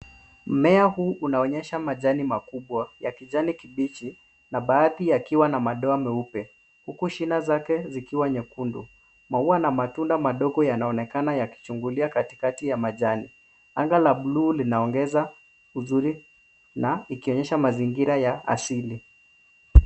Mmea huu unaonyesha majani makubwa ya kijani kibichi, na baadhi yakiwa na madoa meupe, huku shina zake zikiwa nyekundu. Maua na matunda madogo yanaonekana yakichungulia katikati ya majani. Anga la bluu linaongeza uzuri ikionyesha mazingira ya asili.